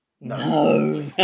No